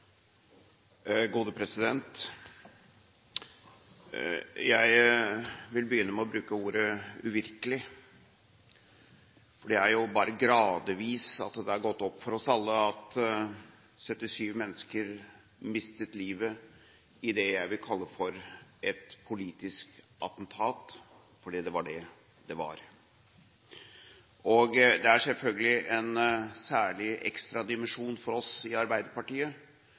jo bare gradvis at det har gått opp for oss alle at 77 mennesker mistet livet i det jeg vil kalle for et politisk attentat – for det var det det var. Det er selvfølgelig en særlig ekstra dimensjon for oss i Arbeiderpartiet